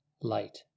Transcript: light